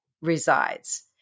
resides